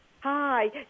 Hi